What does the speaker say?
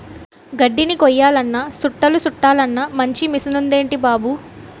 గడ్దిని కొయ్యాలన్నా సుట్టలు సుట్టలన్నా మంచి మిసనుందేటి బాబూ